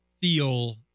feel